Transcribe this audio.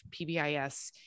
PBIS